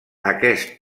aquest